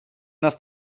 nas